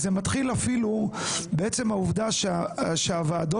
זה מתחיל אפילו בעצם העובדה שהוועדות